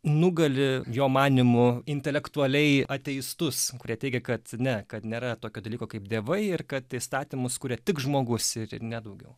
nugali jo manymu intelektualiai ateistus kurie teigia kad ne kad nėra tokio dalyko kaip dievai ir kad įstatymus kuria tik žmogus ir ir ne daugiau